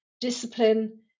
discipline